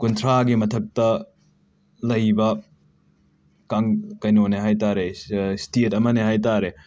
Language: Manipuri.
ꯀꯨꯟꯊ꯭ꯔꯥꯒꯤ ꯃꯊꯛꯇ ꯂꯩꯕ ꯀꯥꯡ ꯀꯩꯅꯣꯅꯦ ꯍꯥꯏꯇꯥꯔꯦ ꯁꯦ ꯏꯁꯇꯦꯠ ꯑꯃꯅꯦ ꯍꯥꯏꯇꯥꯔꯦ